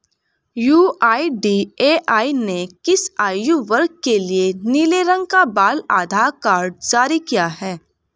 UIDAI ने किस आयु वर्ग के लिए नीले रंग का बाल आधार कार्ड जारी किया है?